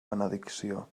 benedicció